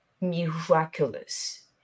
miraculous